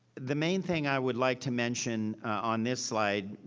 the main thing i would like to mention on this slide,